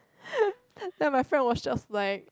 then my friend was just like